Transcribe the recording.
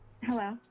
Hello